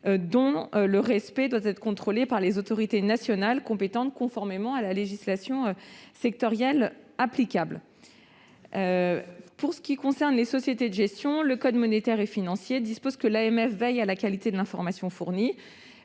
dont le respect doit être contrôlé par les autorités nationales compétentes, conformément à la législation sectorielle applicable. Pour ce qui concerne les sociétés de gestion, le code monétaire et financier dispose que l'Autorité des marchés financiers (AMF) veille à la qualité de l'information fournie.